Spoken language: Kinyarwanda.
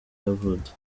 yavutse